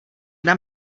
nám